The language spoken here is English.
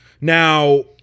Now